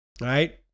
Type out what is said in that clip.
right